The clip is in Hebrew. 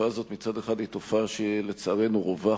שהתופעה הזאת מצד אחד היא תופעה שלצערנו רווחת,